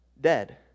dead